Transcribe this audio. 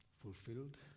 Fulfilled